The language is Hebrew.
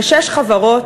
ושש חברות,